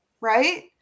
Right